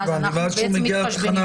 ואז אנחנו מתחשבנים -- ואז,